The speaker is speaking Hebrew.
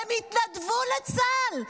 הן התנדבו לצה"ל.